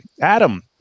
Adam